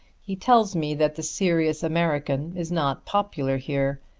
he tells me that the serious american is not popular here,